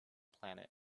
planet